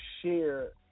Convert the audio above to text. share